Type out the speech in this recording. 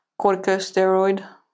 corticosteroid